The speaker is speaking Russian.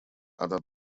она